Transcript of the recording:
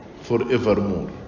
forevermore